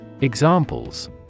Examples